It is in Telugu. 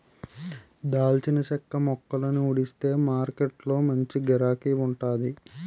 దాల్చిన చెక్క మొక్కలని ఊడిస్తే మారకొట్టులో మంచి గిరాకీ వుంటాది